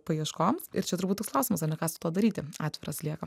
paieškoms ir čia turbūt toks klausimas ane ką su tuo padaryti atviras lieka